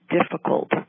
difficult